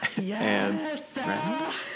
Yes